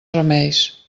remeis